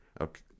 Okay